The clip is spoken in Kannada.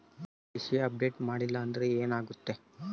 ಕೆ.ವೈ.ಸಿ ಅಪ್ಡೇಟ್ ಮಾಡಿಲ್ಲ ಅಂದ್ರೆ ಏನಾಗುತ್ತೆ?